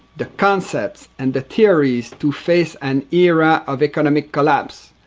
the concepts and the theories to face an era of economic collapse.